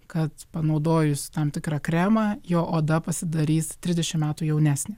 kad panaudojus tam tikrą kremą jo oda pasidarys trisdešim metų jaunesnė